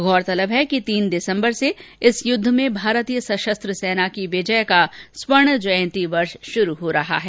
गौरतलब है कि तीन दिसंबर से इस युद्ध में भारतीय सशस्त्र सेना की विजय का स्वर्ण जयंती वर्ष शुरू हो रहा है